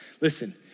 listen